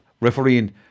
refereeing